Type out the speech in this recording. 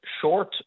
short